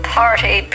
party